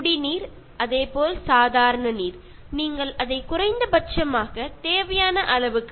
കുടിവെള്ളം വളരെ കുറച്ചു മാത്രം ഉപയോഗിക്കുക